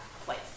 place